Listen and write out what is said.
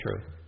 true